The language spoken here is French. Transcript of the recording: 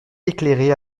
éclairé